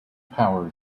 power